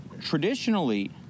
Traditionally